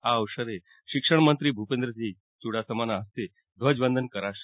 આ અવસરે શિક્ષણમંત્રી ભૂપેન્દ્રસિંહ યૂડાસમાના હસ્તે ધ્વજવંદન કરાશે